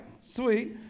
Sweet